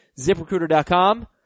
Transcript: ZipRecruiter.com